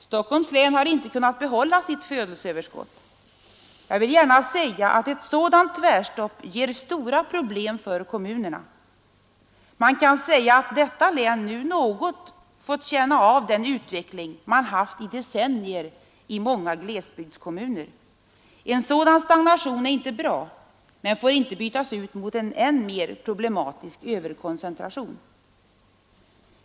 Stockholms län har inte kunnat behålla sitt födelseöverskott. Jag vill gärna framhålla att ett sådant tvärstopp ger stora problem för kommunerna. Man kan säga att detta län nu något litet fått känna av den utveckling som förekommit i decennier i många glesbygdskommuner. En sådan stagnation är inte bra men får inte bytas ut mot en än mer problematisk överkoncentration.